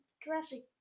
Jurassic